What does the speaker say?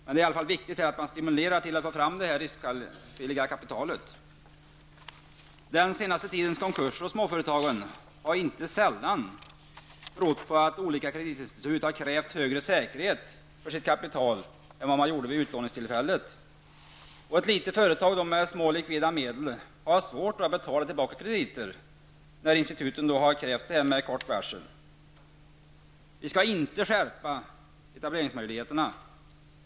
Det är i alla fall viktigt att åstadkomma stimulanser för att få fram riskvilligt kapital. Den senaste tidens konkurser bland småföretagen har inte sällan berott på att olika kreditinstitut har krävt en större säkerhet för utlånat kapital än vad som gällde vid utlåningstillfället. Ett litet företag med små likvida medel har fått svårigheter när det gäller att betala tillbaka krediter i och med att instituten med kort varsel har krävt återbetalning. Vi skall inte åstadkomma en skärpning vad gäller etableringsmöjligheterna.